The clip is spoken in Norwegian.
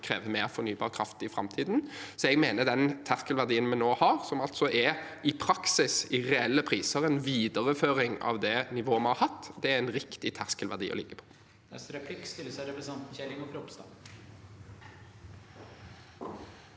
kreve mer fornybar kraft i framtiden. Jeg mener den terskelverdien vi har nå – som altså i praksis, i reelle priser, er en videreføring av det nivået vi har hatt – er en riktig terskelverdi å ligge på.